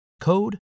code